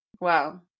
Wow